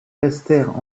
restèrent